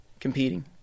Competing